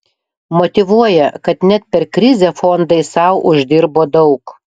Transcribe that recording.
motyvuoja kad net per krizę fondai sau uždirbo daug